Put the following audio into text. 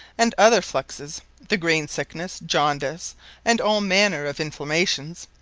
and other fluxes, the green sicknesse, jaundise, and all manner of inflamations,